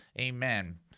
Amen